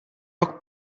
rok